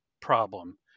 problem